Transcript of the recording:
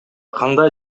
кандай